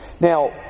Now